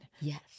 Yes